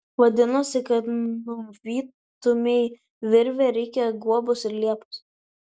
vadinasi kad nuvytumei virvę reikia guobos ir liepos